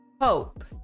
hope